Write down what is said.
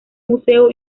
museo